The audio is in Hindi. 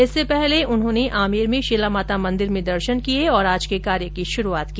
इससे पहले उन्होंने आमेर में शिलामाता मन्दिर में दर्शन किए और आज के कार्य की शुरूआत की